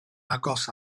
agos